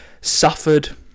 suffered